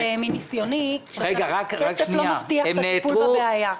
מניסיוני, כסף לא מבטיח את הטיפול בבעיה.